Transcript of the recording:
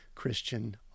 Christian